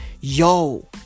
yo